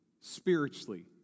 spiritually